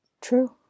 True